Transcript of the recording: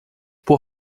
por